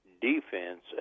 defense